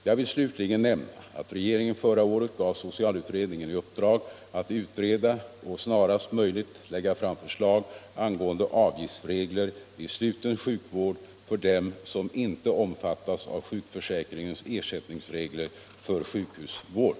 Jag vill slutligen nämna att regeringen förra året gav socialutredningen i uppdrag att utreda och snarast möjligt lägga fram förslag angående avgiftsregler vid sluten sjukvård för dem som inte omfattas av sjukförsäkringens ersättningsregler för sjukhusvård.